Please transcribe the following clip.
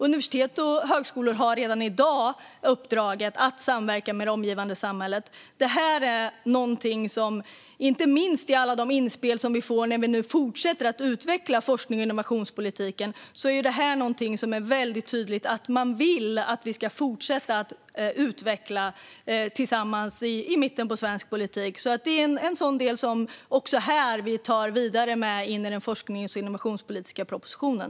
Universitet och högskolor har redan i dag uppdraget att samverka med det omgivande samhället. Vi fortsätter nu att utveckla forsknings och innovationspolitiken tillsammans i mitten av svensk politik och tar detta vidare in i den forsknings och innovationspolitiska propositionen.